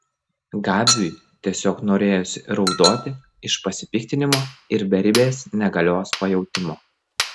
gabiui tiesiog norėjosi raudoti iš pasipiktinimo ir beribės negalios pajautimo